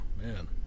man